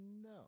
no